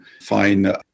fine